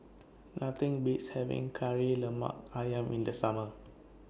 Nothing Beats having Kari Lemak Ayam in The Summer